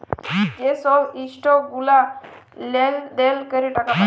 যে ছব ইসটক গুলা লেলদেল ক্যরে টাকা পায়